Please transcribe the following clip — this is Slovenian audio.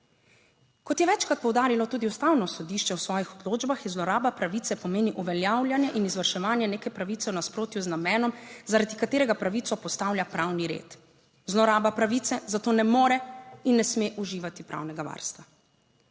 Kot je večkrat poudarilo tudi Ustavno sodišče v svojih odločbah, je zloraba pravice, pomeni uveljavljanje in izvrševanje neke pravice v nasprotju z namenom, zaradi katerega pravico postavlja pravni red. Zloraba pravice zato ne more in ne sme uživati pravnega varstva.